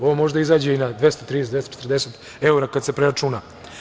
Ovo može da izađe i na 230 i 240 evra kada se preračuna.